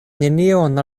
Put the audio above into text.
nenion